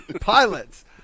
pilots